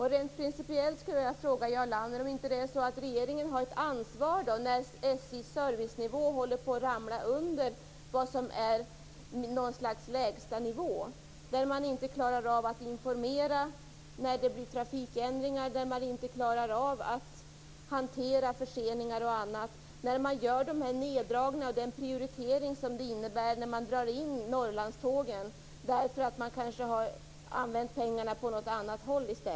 Har inte regeringen ett principiellt ansvar när SJ:s servicenivå håller på att ramla under en lägstanivå, där det inte går att informera vid trafikändringar, där förseningar och annat inte kan hanteras och den prioritering det innebär när Norrlandstågen dras in för att pengarna har använts på annat håll?